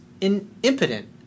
impotent